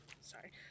sorry